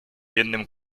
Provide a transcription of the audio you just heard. jednym